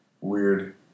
weird